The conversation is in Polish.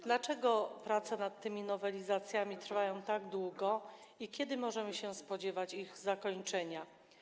Dlaczego prace nad tymi nowelizacjami trwają tak długo i kiedy możemy się spodziewać ich zakończenia?